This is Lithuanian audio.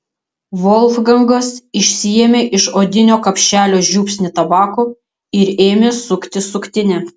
volfgangas išsiėmė iš odinio kapšelio žiupsnį tabako ir ėmė sukti suktinę